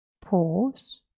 pause